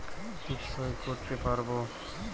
টিপ সই করতে পারবো?